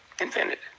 Invented